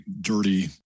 dirty